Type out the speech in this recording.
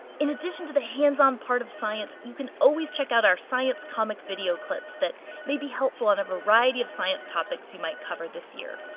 in addition to the hands-on part of science, you can always check out our science comic video clips that may be helpful on a variety of science topics you might cover this year.